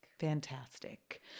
fantastic